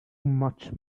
much